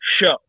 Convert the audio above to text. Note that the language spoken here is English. show